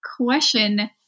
question